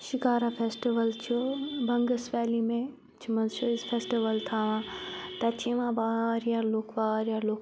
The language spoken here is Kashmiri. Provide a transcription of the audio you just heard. شِکارا فیٚسٹِوَل چھُ بَنٛگَس ویلی میں چھِ منٛز چھِ أسۍ فیٚسٹِوَل تھاوان تَتہِ چھِ یِوان واریاہ لوکھ واریاہ لوکھ